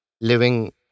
living